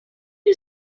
you